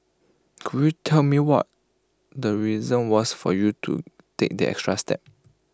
could you tell me what the reason was for you to take that extra step